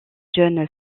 jeune